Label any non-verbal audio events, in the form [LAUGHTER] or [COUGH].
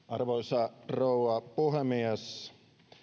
[UNINTELLIGIBLE] arvoisa rouva puhemies